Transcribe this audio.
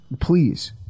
Please